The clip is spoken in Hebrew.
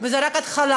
וזו רק התחלה.